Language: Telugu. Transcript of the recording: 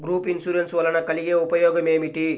గ్రూప్ ఇన్సూరెన్స్ వలన కలిగే ఉపయోగమేమిటీ?